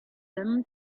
them